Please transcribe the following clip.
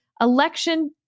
election